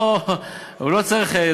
הוא לא צריך,